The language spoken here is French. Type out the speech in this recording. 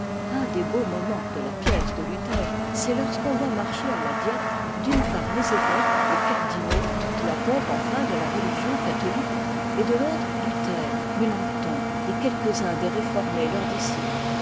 un des beaux moments de la pièce de luther c'est lorsqu'on voit marcher à la diète d'une part les évëques les cardinaux toute la pompe enfin de la religion catholique et de l'autre luther métanchton et quelques-uns des réformes leurs disciples